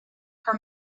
her